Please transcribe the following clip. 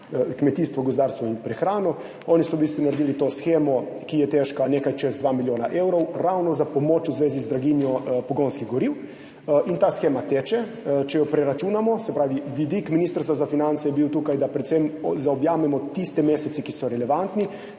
kmetijstvo, gozdarstvo in prehrano. Oni so v bistvu naredili to shemo, ki je težka nekaj čez dva milijona evrov, ravno za pomoč v zvezi z draginjo pogonskih goriv. Ta shema teče. Če preračunamo – tukaj je bil vidik Ministrstva za finance, da predvsem zaobjamemo tiste mesece, ki so relevantni